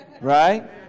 right